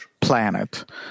planet